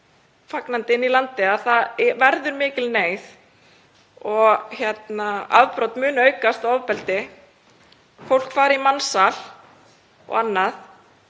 fagnandi inn í landið, að það verði mikil neyð og afbrot muni aukast og ofbeldi, fólk fari í mansal og annað.